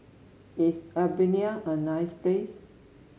is Albania a nice place